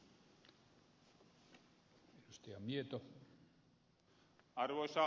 arvoisa puhemies